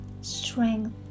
strength